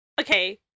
Okay